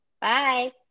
Bye